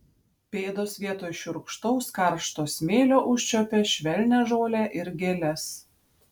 pėdos vietoj šiurkštaus karšto smėlio užčiuopė švelnią žolę ir gėles